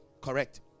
correct